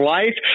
life